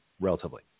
relatively